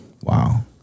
Wow